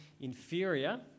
inferior